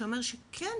שאומר שכן